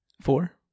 four